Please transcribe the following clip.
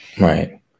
Right